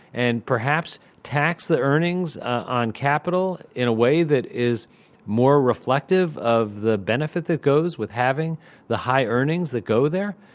and perhaps tax the earnings on capital in a way that is more reflective of the benefit that goes with having the high earnings that go there?